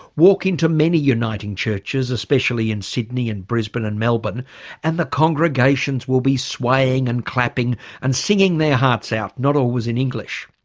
walk into many uniting churches especially in sydney and brisbane and melbourne and the congregations will be swaying and clapping and singing their hearts out. not always in english.